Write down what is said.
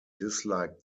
disliked